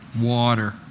water